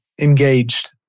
engaged